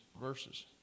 verses